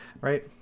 right